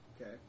Okay